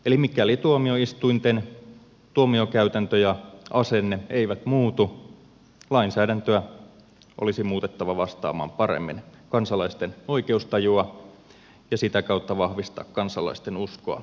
eli mikäli tuomioistuinten tuomiokäytäntö ja asenne eivät muutu lainsäädäntöä olisi muutettava vastaamaan paremmin kansalaisten oikeustajua ja sitä kautta vahvistettava kansalaisten uskoa oi keusjärjestelmäämme kohtaan